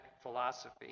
philosophy